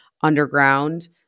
underground